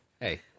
Hey